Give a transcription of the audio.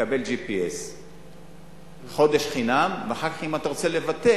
קבל GPS חודש חינם, ואחר כך אם אתה רוצה לבטל,